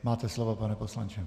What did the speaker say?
Máte slovo, pane poslanče.